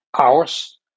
hours